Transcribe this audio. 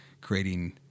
creating